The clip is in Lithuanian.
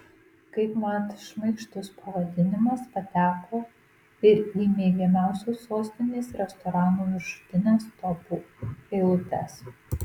kaip mat šmaikštus pavadinimas pateko ir į mėgiamiausių sostinės restoranų viršutines topų eilutes